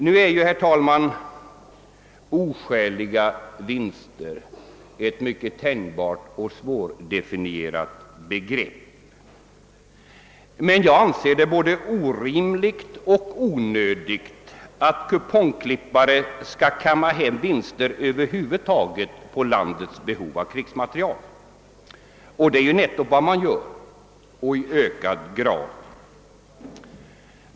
Nu är, herr talman, »Oskäliga vinster» ett mycket tänjbart och svårdefinierbart begrepp men jag anser det både orimligt och onödigt att kupongklippare skall kamma hem vinster över huvud taget på landets behov av krigsmateriel. Det är ju vad de gör i ökad grad.